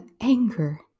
anger